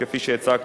כפי שהצגתי,